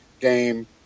game